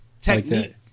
technique